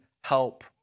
help